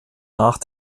nach